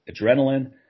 adrenaline